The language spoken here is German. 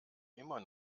immer